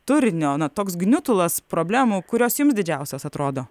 turinio na toks gniutulas problemų kurios jums didžiausios atrodo